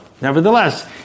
nevertheless